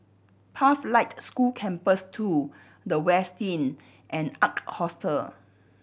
Pathlight School Campus Two The Westin and Ark Hostel